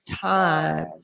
time